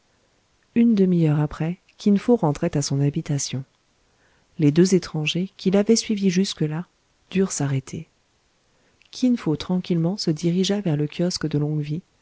une demi-heure après kin fo rentrait à son habitation les deux étrangers qui l'avaient suivi jusque-là durent s'arrêter kin fo tranquillement se dirigea vers le kiosque de longue vie